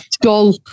dull